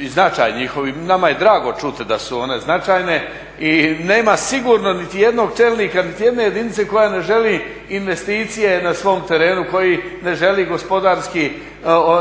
i značaj njihov. Nama je drago čuti da su one značajne i nema sigurno niti jednog čelnika, niti jedne jedinice koja ne želi investicije na svom terenu, koji ne želi gospodarski